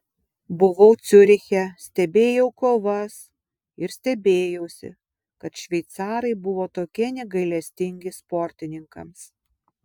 buvau ciuriche stebėjau kovas ir stebėjausi kad šveicarai buvo tokie negailestingi sportininkams